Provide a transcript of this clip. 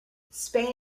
spain